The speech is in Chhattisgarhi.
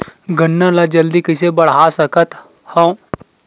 गन्ना ल जल्दी कइसे बढ़ा सकत हव?